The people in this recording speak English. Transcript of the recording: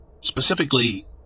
Specifically